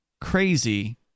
crazy